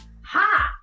Ha